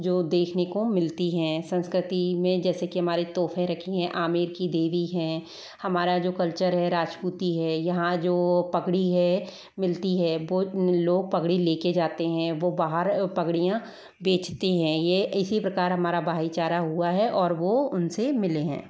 जो देखने को मिलती हैं संस्कृती में जैसे की हमारी तोपें रखी है आमेर की देवी हैं हमारा जो कल्चर है राजपूती है यहाँ जो पगड़ी है मिलती है बहुत लोग पगड़ी लेकर जाते हैं वह बाहर पगड़ियाँ बेचते हैं ये इसी प्रकार हमारा भाई चारा हुआ है और वह उनसे मिले हैं